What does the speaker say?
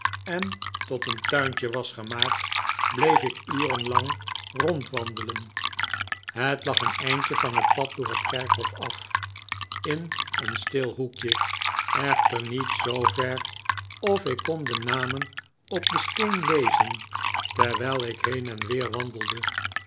en tot een tuintje was gemaakt bleef ik uren lang rondwandelen het lag een eindje van het pad door het kerkhof af in een stil hoekje echter niet zoo ver of ik kon de namen op den steen lezen terwijl ik heen en weer wandelde